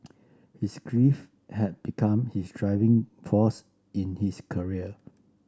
his grief had become his driving force in his career